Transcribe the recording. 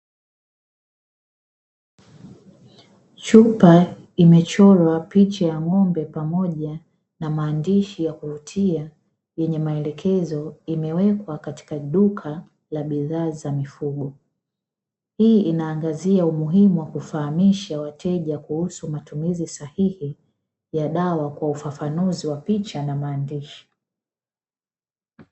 Chupa imechorwa picha ya ng'ombe pamoja na maandishi ya kuvutia yenye maelekezo; imewekwa katika duka la bidhaa za mifugo, hii inaangazia umuhimu wa kufahamisha wateja kuhusu matumizi sahihi ya dawa kwa ufafanuzi wa picha na maandishi.